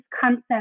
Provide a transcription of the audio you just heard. concept